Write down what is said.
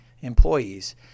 employees